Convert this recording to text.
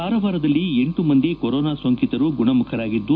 ಕಾರವಾರದಲ್ಲಿ ಎಂಟು ಮಂದಿ ಕೊರೊನಾ ಸೊಂಕಿತರು ಗುಣಮುಖರಾಗಿದ್ದು